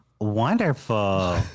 wonderful